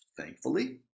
thankfully